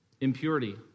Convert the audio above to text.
impurity